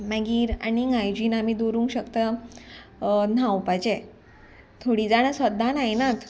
मागीर आनीक हायजीन आमी दवरूंक शकता न्हावपाचे थोडीं जाणां सद्दां नायनात